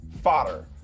fodder